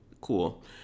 Cool